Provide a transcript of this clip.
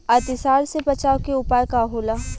अतिसार से बचाव के उपाय का होला?